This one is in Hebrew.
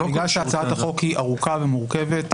בגלל שהצעת החוק היא ארוכה ומורכבת,